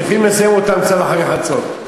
צריכים לסיים אותם קצת אחרי חצות.